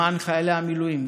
למען חיילי המילואים,